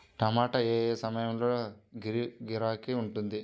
టమాటా ఏ ఏ సమయంలో గిరాకీ ఉంటుంది?